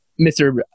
Mr